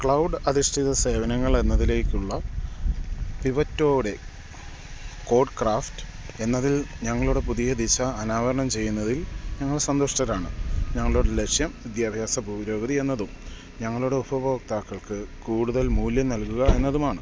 cloud അധിഷ്ഠിത സേവനങ്ങൾ എന്നതിലേക്കുള്ള പിവറ്റോടെ കോഡ്ക്രാഫ്റ്റ് എന്നതിൽ ഞങ്ങളുടെ പുതിയ ദിശ അനാവരണം ചെയ്യുന്നതിൽ ഞങ്ങൾ സന്തുഷ്ടരാണ് ഞങ്ങളുടെ ലക്ഷ്യം വിദ്യാഭ്യാസ പൂരോഗതിയെന്നതും ഞങ്ങളുടെ ഉപഭോക്താക്കൾക്ക് കൂടുതൽ മൂല്യം നൽകുക എന്നതുമാണ്